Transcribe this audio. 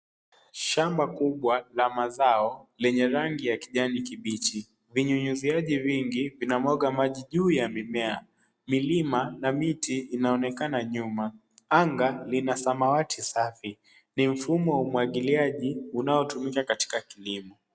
Shamba kubwa la mazao lenye rangi ya kijani kibichi. Vinyunyuziaji vingi vinamwaka maji juu ya mimea milima na miti inaonekana nyuma. Anga lina samawati safi ni mfumo umwakiliaji unaotumika katika kilimo.